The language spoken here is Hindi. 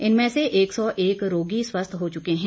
इनमें से एक सौ एक रोगी स्वस्थ हो चुके हैं